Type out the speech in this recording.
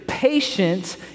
Patience